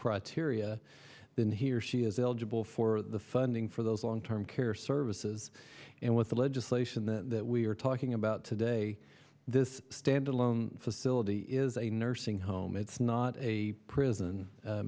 criteria then he or she is eligible for the funding for those long term care services and with the legislation that we are talking about today this standalone facility is a nursing home it's not a prison